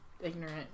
ignorant